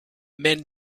men